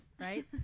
right